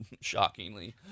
shockingly